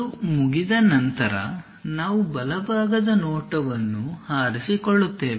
ಅದು ಮುಗಿದ ನಂತರ ನಾವು ಬಲಭಾಗದ ನೋಟವನ್ನು ಆರಿಸಿಕೊಳ್ಳುತ್ತೇವೆ